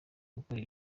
gukora